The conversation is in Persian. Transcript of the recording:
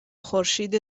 خورشید